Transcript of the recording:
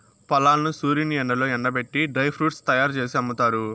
ఫలాలను సూర్యుని ఎండలో ఎండబెట్టి డ్రై ఫ్రూట్స్ తయ్యారు జేసి అమ్ముతారు